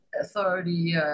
authority